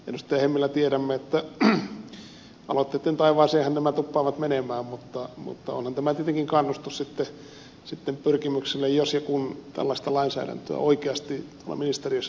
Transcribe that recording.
hemmilä tiedämme että aloitteitten taivaaseenhan nämä tuppaavat menemään mutta onhan tämä tietenkin kannustus sitten pyrkimykselle jos ja kun tällaista lainsäädäntöä oikeasti ministeriössä ryhdytään valmistelemaan